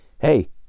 hey